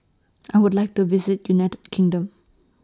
I Would like to visit United Kingdom